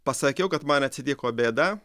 pasakiau kad man atsitiko bėda